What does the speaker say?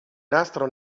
nastro